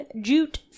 jute